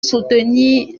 soutenir